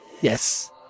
Yes